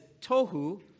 tohu